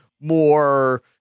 more